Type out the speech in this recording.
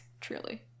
truly